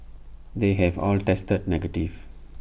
they have all tested negative